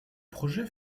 projets